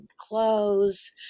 clothes